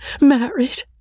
Married